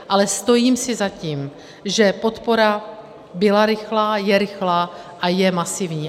Ale stojím si za tím, že podpora byla rychlá, je rychlá a je masivní.